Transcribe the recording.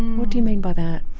what do you mean by that?